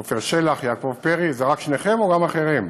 עפר שלח, יעקב פרי, זה רק שניכם או גם אחרים?